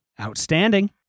Outstanding